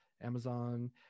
Amazon